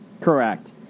Correct